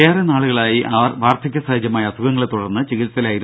ഏറെ നാളുകളായി വാർധക്യ സഹജമായ അസുഖങ്ങളെ തുടർന്ന് ചികിത്സയിലായിരുന്നു